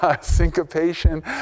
syncopation